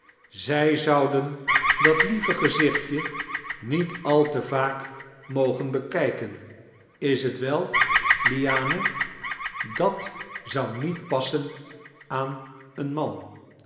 zij zouden dat lieve gezichtje niet al te vaak mogen bekijken is t wel liane dat zou niet passen aan een man